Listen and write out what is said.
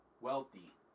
wealthy